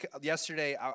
Yesterday